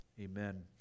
Amen